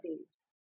days